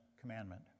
commandment